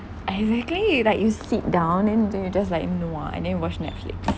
exactly like you sit down and then you do you just like you know ah and then you watch Netflix